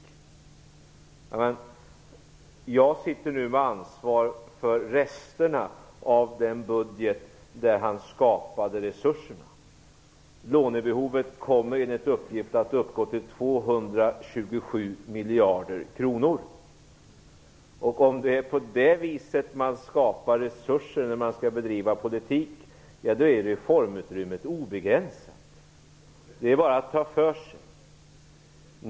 Jag sitter nu med ansvar för resterna av den budget där man skapade resurserna. Lånebehovet kommer enligt uppgift att uppgå till 227 miljarder kronor. Om det är på det viset man skapar resurser när man skall bedriva politik då är reformutrymmet obegränsat. Det är bara att ta för sig.